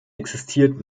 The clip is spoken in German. existiert